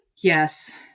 Yes